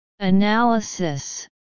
Analysis –